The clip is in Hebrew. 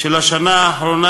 של השנה האחרונה,